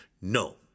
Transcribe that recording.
No